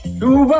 boom